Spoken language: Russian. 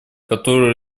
которую